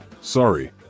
sorry